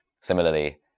Similarly